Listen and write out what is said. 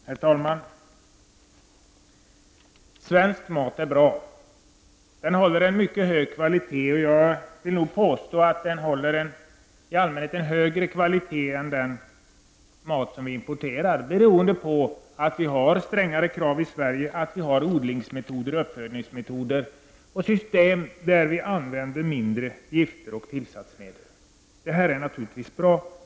Herr talman! Svensk mat är bra. Den håller hög kvalitet. Jag vill påstå att den i allmänhet håller en högre kvalitet än den mat som vi importerar. Det beror på att vi i Sverige har strängare krav på kvaliteten än man har i andra länder samt att vi har odlings och uppfödningsmetoder med mindre gifter och tillsatsmedel. Detta är naturligtvis bra.